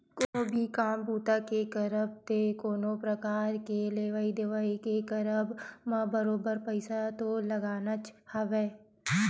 कोनो भी काम बूता के करब ते कोनो परकार के लेवइ देवइ के करब म बरोबर पइसा तो लगनाच हवय